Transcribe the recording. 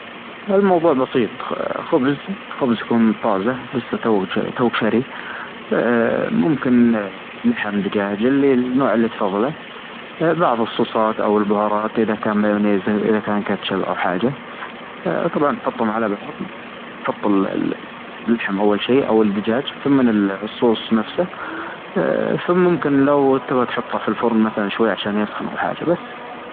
الموضوع بسيط خبز خبز يكون طازة لسا توك-توك شاريه أ ممكن عاد لحم دچاچ اللي النوع اللي تفضله بعض الصوصات أو البهارات إذا كان مايونيز إذا كان كاتشاب أو حاچة أ طبعا تحطهم على بعض، تحط ال-اللحم أول شيء أو الدچاچ ثمن الصوص نفسه، آآ ثم ممكن لو تبغى تحطها في الفرن مثلا شوية عشان يسخن أو حاچة بس.